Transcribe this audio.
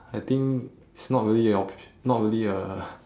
I think it's not really a opti~ not really uh